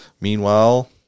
Meanwhile